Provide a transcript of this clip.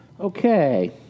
Okay